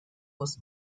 was